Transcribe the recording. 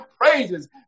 praises